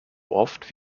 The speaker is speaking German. oft